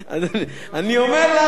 אני אומר לך,